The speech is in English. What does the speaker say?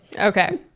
okay